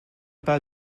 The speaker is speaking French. pas